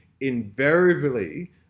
invariably